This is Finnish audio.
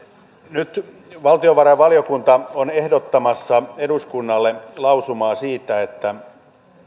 nyt valtiovarainvaliokunta on ehdottamassa eduskunnalle lausumaa siitä että